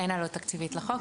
אין עלות תקציבית לחוק.